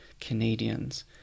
Canadians